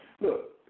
Look